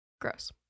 gross